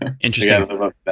Interesting